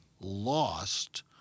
lost